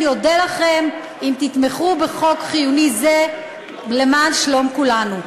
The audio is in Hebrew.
אני אודה לכם אם תתמכו בחוק חיוני זה למען שלום כולנו.